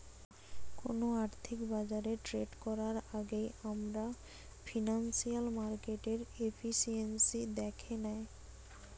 কোনো আর্থিক বাজারে ট্রেড করার আগেই আমরা ফিনান্সিয়াল মার্কেটের এফিসিয়েন্সি দ্যাখে নেয়